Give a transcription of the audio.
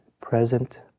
present